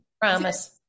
Promise